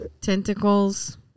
tentacles